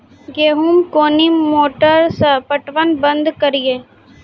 गेहूँ कोनी मोटर से पटवन बंद करिए?